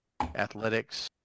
Athletics